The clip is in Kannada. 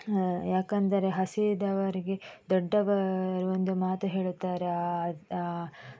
ಯಾಕೆಂದರೆ ಹಸಿದವರಿಗೆ ದೊಡ್ಡವರು ಒಂದು ಮಾತು ಹೇಳುತ್ತಾರೆ